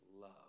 love